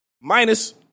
minus